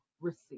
receive